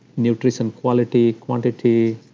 nutrition quality, quantity,